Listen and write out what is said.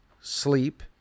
sleep